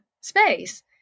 space